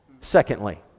Secondly